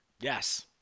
Yes